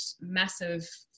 massive